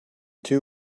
two